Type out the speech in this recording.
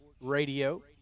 Radio